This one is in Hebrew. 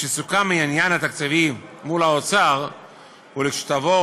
משסוכם העניין התקציבי מול האוצר וכשתעבור